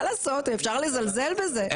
מה לעשות אי אפשר לזלזל בזה.